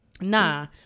nah